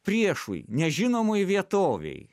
priešui nežinomoj vietovėj